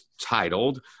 titled